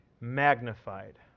magnified